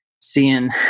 seeing